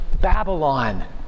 Babylon